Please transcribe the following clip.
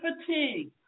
fatigue